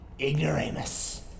ignoramus